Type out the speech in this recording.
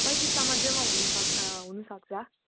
पैँतिससम्म चाहिँ म हुनु हुनु सक्छ